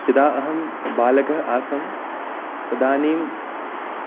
यदा अहं बालकः आसं तदानीं